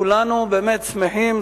כולנו באמת שמחים,